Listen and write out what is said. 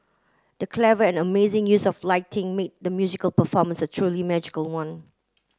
the clever and amazing use of lighting made the musical performance truly magical one